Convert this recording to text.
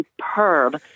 superb